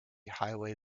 highway